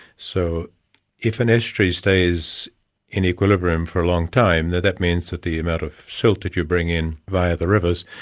so if an estuary stays in equilibrium for a long time, that that means that the amount of silt that you bring in via the rivers,